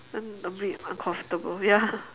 then a bit uncomfortable ya